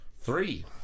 three